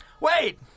Wait